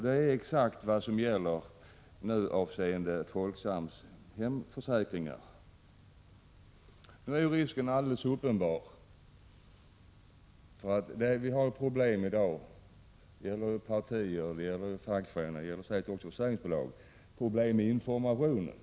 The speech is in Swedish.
Det är exakt vad som sker med Folksams kollektiva hemförsäkringar. Partier, fackföreningar och säkert också försäkringsbolag kan ha problem med informationen.